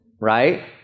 right